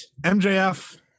MJF